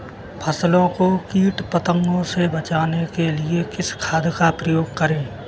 फसलों को कीट पतंगों से बचाने के लिए किस खाद का प्रयोग करें?